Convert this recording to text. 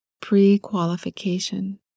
pre-qualification